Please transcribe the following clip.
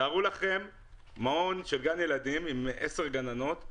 תתארו לכם מעון של גן ילדים עם עשר גננות,